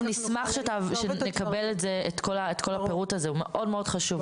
נשמח לקבל את כל הפירוט הזה, הוא מאוד חשוב.